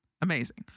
Amazing